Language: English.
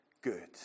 good